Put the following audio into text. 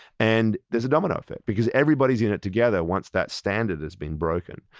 and there's a domino effect, because everybody's in it together once that standard is being broken.